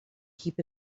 keep